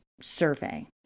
survey